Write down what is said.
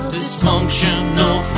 Dysfunctional